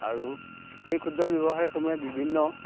আৰু সেই ক্ষুদ্ৰ ব্যৱসায়সমূহে বিভিন্ন